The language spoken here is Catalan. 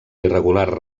irregular